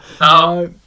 No